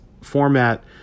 format